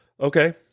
okay